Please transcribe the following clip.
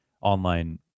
online